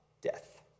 death